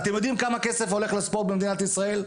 אתם יודעים כמה כסף הולך לספורט במדינת ישראל?